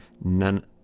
none